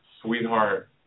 Sweetheart